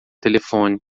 telefone